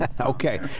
Okay